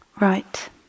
Right